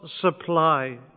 supply